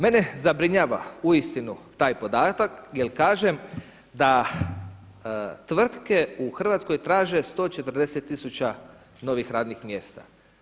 Mene zabrinjava uistinu taj podatak, jer kažem da tvrtke u Hrvatskoj traže 140 tisuća novih radnih mjesta.